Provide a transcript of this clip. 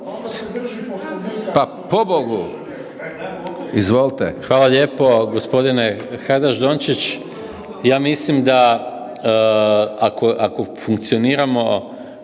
Gordan (SDP)** Hvala lijepo gospodine Hajdaš Dončić. Ja mislim da ako funkcioniramo